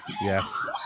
yes